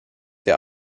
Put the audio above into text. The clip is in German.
der